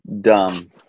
dumb